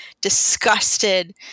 disgusted